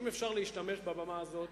אם אפשר להשתמש בבמה הזאת,